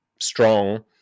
strong